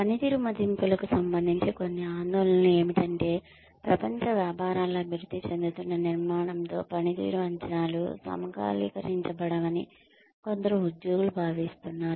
పనితీరు మదింపులకు సంబంధించి కొన్ని ఆందోళనలు ఏమిటంటే ప్రపంచ వ్యాపారాల అభివృద్ధి చెందుతున్న నిర్మాణంతో పనితీరు అంచనాలు సమకాలీకరించబడవని కొందరు ఉద్యోగులు భావిస్తున్నారు